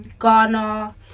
Ghana